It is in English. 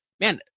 man